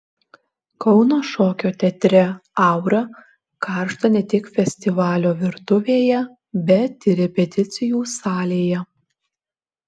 kauno šokio teatre aura karšta ne tik festivalio virtuvėje bet ir repeticijų salėje